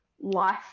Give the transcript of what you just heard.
life